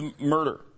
murder